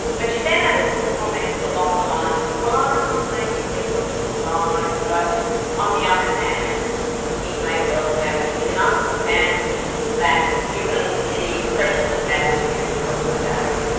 but she then added some comments along the lines of well i'm not saying the police officer lied, but on the other hand he may well have, and you can understand that given the prevalent attitude of the day.